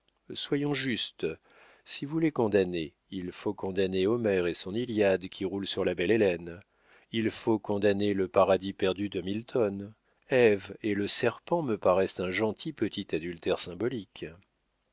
soyons justes si vous les condamnez il faut condamner homère et son iliade qui roule sur la belle hélène il faut condamner le paradis perdu de milton ève et le serpent me paraissent un gentil petit adultère symbolique